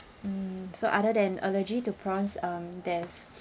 mm so other than allergy to prawns um there's